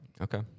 Okay